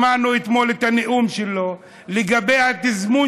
שמענו אתמול את הנאום שלו לגבי התזמון,